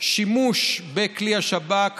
בשימוש בכלי השב"כ